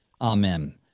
Amen